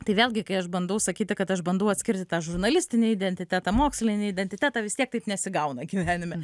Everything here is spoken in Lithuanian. tai vėlgi kai aš bandau sakyti kad aš bandau atskirti tą žurnalistinį identitetą mokslinį identitetą vis tiek taip nesigauna gyvenime